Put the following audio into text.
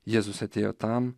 jėzus atėjo tam